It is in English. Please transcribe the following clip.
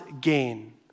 gain